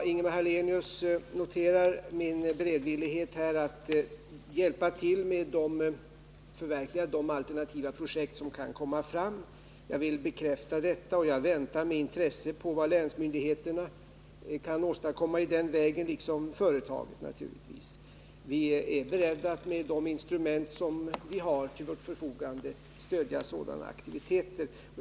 Ingemar Hallenius noterar min beredvillighet att hjälpa till med att förverkliga projekt som kan komma fram. Jag vill bekräfta detta, och jag väntar med intresse på vad länsmyndigheterna liksom naturligtvis också företaget kan åstadkomma i den vägen. Vi är beredda att med de instrument som vi har till vårt förfogande stödja sådana aktiviteter.